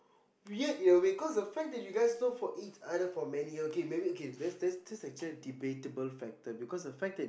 weird in a way cause the fact that you guys know for each other for many years okay maybe okay that's that's actually a debatable factor cause the fact that